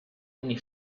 ogni